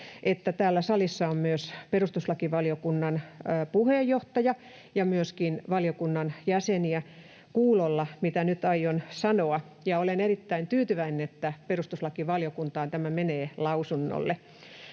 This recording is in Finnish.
täällä salissa on myös perustuslakivaliokunnan puheenjohtaja ja myöskin valiokunnan jäseniä kuulolla siitä, mitä nyt aion sanoa, ja olen erittäin tyytyväinen, että perustuslakivaliokuntaan tämä menee lausunnolle.